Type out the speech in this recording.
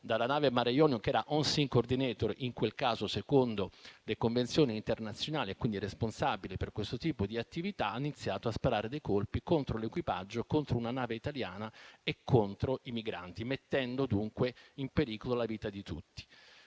dalla nave Mare Jonio - in quel caso era *on sea coordinator* secondo le convenzioni internazionali e quindi responsabile per questo tipo di attività - ha iniziato a sparare dei colpi contro l'equipaggio, contro una nave italiana e contro i migranti, mettendo dunque in pericolo la vita di tutti.